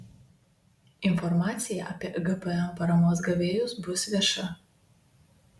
informacija apie gpm paramos gavėjus bus vieša